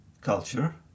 culture